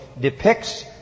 depicts